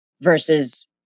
versus